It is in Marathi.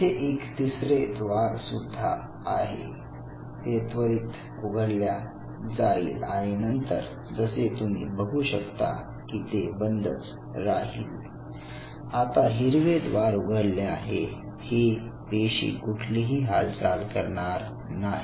येथे एक तिसरे द्वार सुद्धा आहे ते त्वरित उघडल्या जाईल आणि नंतर जसे तुम्ही बघू शकता की ते बंदच राहील आता हिरवे द्वार उघडले आहे हे पेशी कुठलीही हालचाल करणार नाही